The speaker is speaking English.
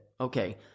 okay